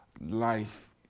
life